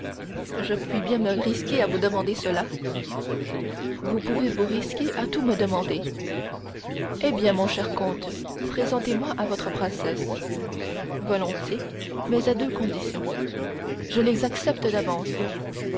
je puis bien me risquer à vous demander cela vous pouvez vous risquer à tout me demander eh bien mon cher comte présentez-moi à votre princesse volontiers mais à deux conditions je les accepte d'avance